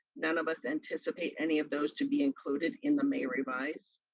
none of us anticipate any of those to be included in the may revise.